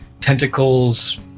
tentacles